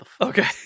Okay